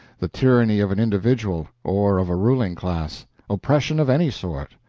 the tyranny of an individual or of a ruling class oppression of any sort.